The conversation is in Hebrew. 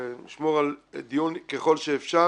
ואשמור על דיון ככל שאפשר,